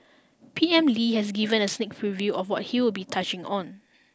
P M Lee has given a sneak preview of what he'll be touching on